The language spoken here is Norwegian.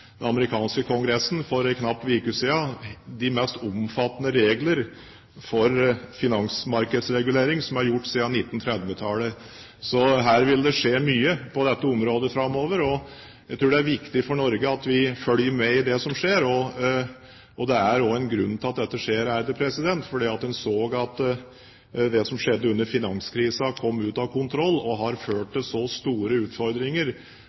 den amerikanske kongressen for en knapp uke siden de mest omfattende regler for finansmarkedsregulering som er gjort siden 1930-tallet. Så det vil skje mye på dette området framover, og jeg tror det er viktig for Norge at vi følger med i det som skjer. Det er også en grunn til at dette skjer, for en så at det som skjedde under finanskrisen, kom ut av kontroll og har ført til så store utfordringer